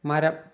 മരം